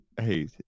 Hey